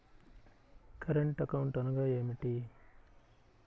Current account అనగా ఏమిటి?